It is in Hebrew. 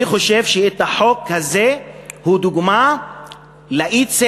אני חושב שהחוק הזה הוא דוגמה לאי-צדק,